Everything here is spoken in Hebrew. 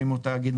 ואם הוא תאגיד,